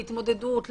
להתמודדות.